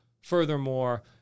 Furthermore